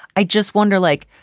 i just wonder, like,